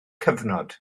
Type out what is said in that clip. cyfnod